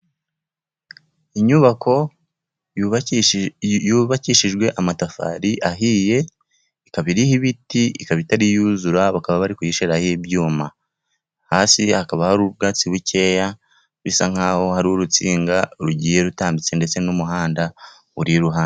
Inyubako yubakishijwe amatafari ahiye. ikaba iriho ibiti ikaba itari yuzura bakaba bari kuyishyiraho ibyuma. hasi hakaba hari ubwatsi bukeya bisa nkaho aho hari urutsinga rugiye rutambitse ndetse n'umuhanda uri iruhande.